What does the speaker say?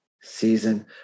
season